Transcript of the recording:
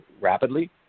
rapidly